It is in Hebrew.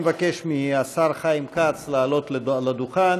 אני מבקש מהשר חיים כץ לעלות לדוכן,